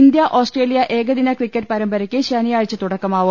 India Australia ഏകദിന cricket പരമ്പരയ്ക്ക് ശനിയാഴ്ച തുടക്കമാവും